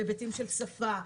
בהיבטים של שפה,